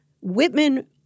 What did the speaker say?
Whitman